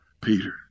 Peter